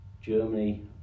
Germany